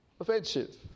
offensive